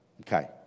Okay